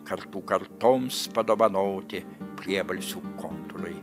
kartų kartoms padovanoti priebalsių kontūrai